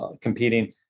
competing